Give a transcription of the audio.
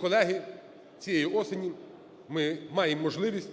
колеги, цієї осені ми маємо можливість